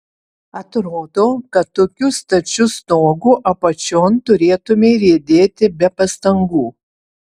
atrodo kad tokiu stačiu stogu apačion turėtumei riedėti be pastangų